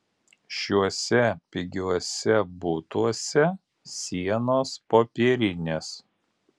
šiuose pigiuose butuose sienos popierinės